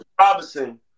Robinson